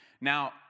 Now